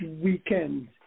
weekend